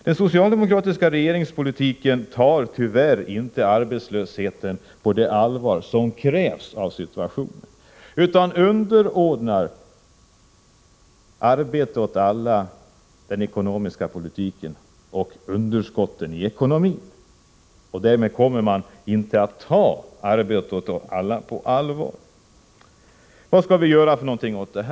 Den socialdemokratiska regeringspolitiken tar tyvärr inte arbetslösheten på det allvar som krävs av situationen, utan man underordnar målet arbete åt alla under den ekonomiska politiken och underskotten i ekonomin. Därmed kommer man inte att ta arbete åt alla på allvar. Vad skall vi göra åt detta?